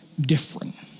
different